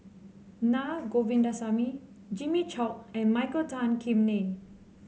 Na Govindasamy Jimmy Chok and Michael Tan Kim Nei